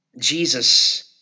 Jesus